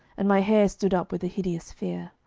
and my hair stood up with a hideous fear.